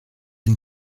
and